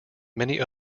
many